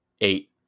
Eight